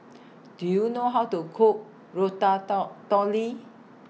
Do YOU know How to Cook Ratatotouille